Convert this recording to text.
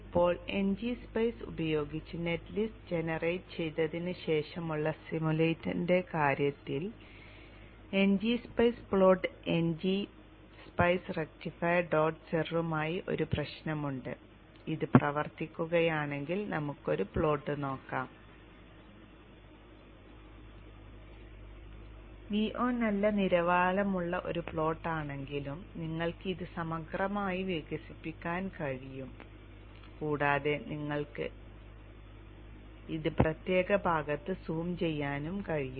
ഇപ്പോൾ ng spice ഉപയോഗിച്ച് net list generate ചെയ്തതിന് ശേഷമുള്ള സിമുലേഷന്റെ കാര്യത്തിൽ ng spice plot ng spice rectifier dot cir മായി ഒരു പ്രശ്നമുണ്ട് ഇത് പ്രവർത്തിപ്പിക്കുകയാണെങ്കിൽ നമുക്കൊരു പ്ലോട്ട് നോക്കാം Vo നല്ല നിലവാരമുള്ള ഒരു പ്ലോട്ട് ആണെങ്കിലും നിങ്ങൾക്ക് ഇത് സമഗ്രമായി വികസിപ്പിക്കാൻ കഴിയും കൂടാതെ നിങ്ങൾക്ക് ഇത് പ്രത്യേക ഭാഗത്തേക്ക് സൂം ചെയ്യാനും കഴിയും